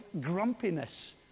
grumpiness